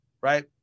right